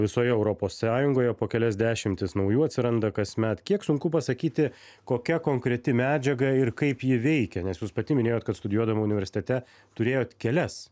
visoje europos sąjungoje po kelias dešimtis naujų atsiranda kasmet kiek sunku pasakyti kokia konkreti medžiaga ir kaip ji veikia nes jūs pati minėjot kad studijuodama universitete turėjot kelias